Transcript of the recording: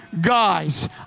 guys